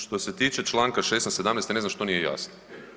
Što se tiče članka 16., 17. ja ne znam što nije jasno?